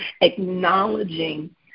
Acknowledging